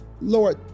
Lord